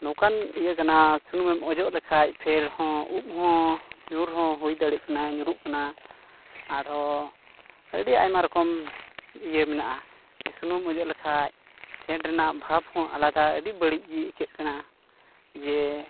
ᱱᱚᱝᱠᱟᱱ ᱤᱭᱟᱹ ᱠᱟᱱᱟ ᱥᱩᱱᱩᱢᱮᱢ ᱚᱡᱚᱜ ᱞᱮᱠᱷᱟᱱ ᱯᱷᱮᱨ ᱦᱚᱸ ᱩᱵ ᱦᱚᱸ ᱧᱩᱨ ᱦᱚᱸ ᱦᱩᱭ ᱫᱟᱲᱮᱭᱟᱜ ᱠᱟᱱᱟ ᱧᱩᱨᱩᱜ ᱠᱟᱱᱟ ᱟᱨᱦᱚᱸ ᱟᱹᱰᱤ ᱟᱭᱢᱟ ᱨᱚᱠᱚᱢ ᱤᱭᱟᱹ ᱢᱮᱱᱟᱜᱼᱟ ᱥᱩᱱᱩᱢ ᱚᱡᱚᱜ ᱞᱮᱠᱷᱟᱱ ᱥᱮᱹᱱᱴ ᱨᱮᱱᱟᱜ ᱵᱷᱟᱵᱽ ᱦᱚᱸ ᱟᱞᱟᱫᱟ ᱟᱹᱰᱤ ᱵᱟᱹᱲᱤᱡ ᱜᱮ ᱟᱹᱭᱠᱟᱹᱜ ᱠᱟᱱᱟ ᱡᱮ